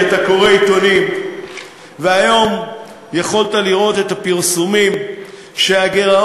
שאתה קורא עיתונים והיום יכולת לראות את הפרסומים שהגירעון,